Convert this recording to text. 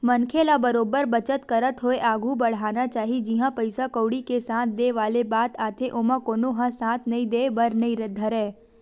मनखे ल बरोबर बचत करत होय आघु बड़हना चाही जिहाँ पइसा कउड़ी के साथ देय वाले बात आथे ओमा कोनो ह साथ नइ देय बर नइ धरय